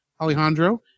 Alejandro